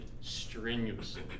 strenuously